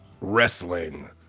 wrestling